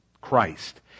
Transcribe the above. Christ